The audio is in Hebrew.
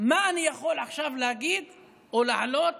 מה אני יכול עכשיו להגיד או להעלות